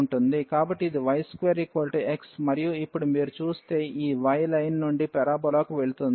కాబట్టి ఇది y2 x మరియు ఇప్పుడు మీరు చూస్తే ఈ y లైన్ నుండి పరబోలాకు వెళుతుంది